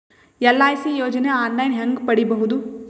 LIC ಯೋಜನೆ online ಹೇಂಗ ಪಡಿಬಹುದು?